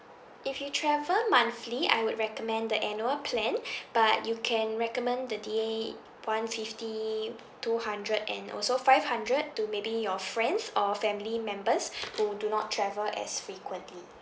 if you travel monthly I would recommend the annual plan but you can recommend the D_A one fifty two hundred and also five hundred to maybe your friends or family members who do not travel as frequently